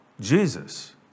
Jesus